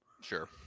Sure